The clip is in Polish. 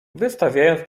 wystawiając